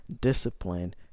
discipline